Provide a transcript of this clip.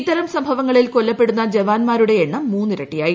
ഇത്തരം സംഭവങ്ങളിൽ കൊല്ലപ്പെടുന്ന ജവാൻമാരുടെ എണ്ണം മൂന്നിരട്ടിയായി